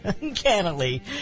uncannily